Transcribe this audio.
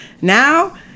now